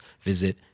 visit